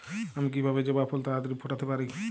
আমি কিভাবে জবা ফুল তাড়াতাড়ি ফোটাতে পারি?